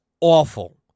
awful